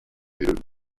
will